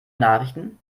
nachrichten